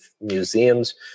museums